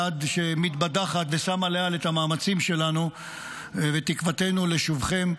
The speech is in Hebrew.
יד שמתבדחת ושמה לאל את המאמצים שלנו ותקוותנו לשובכם,